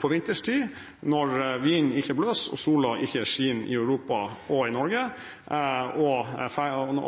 på vinterstid, når vinden ikke blåser og sola ikke skinner i Norge og Europa,